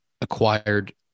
acquired